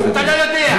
אתה לא יודע.